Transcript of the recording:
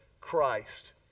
Christ